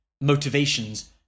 motivations